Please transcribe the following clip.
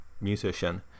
musician